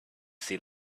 see